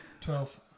Twelve